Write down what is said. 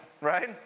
right